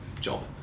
job